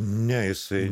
ne jisai